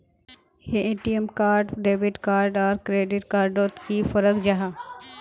ATM card debit card आर credit card डोट की फरक जाहा?